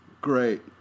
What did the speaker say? Great